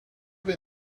they